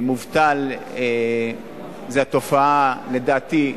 מובטל זה התופעה, לדעתי,